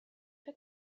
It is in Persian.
فکر